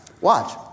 Watch